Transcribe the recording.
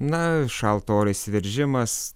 na šalto oro įsiveržimas